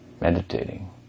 meditating